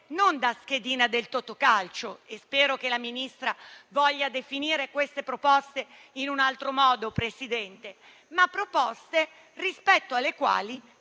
non da schedina del Totocalcio - spero che la Ministra voglia definire queste proposte in un altro modo, signora Presidente - ma proposte rispetto alle quali